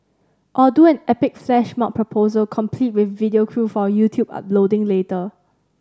or do an epic flash mob proposal complete with video crew for YouTube uploading later